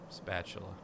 spatula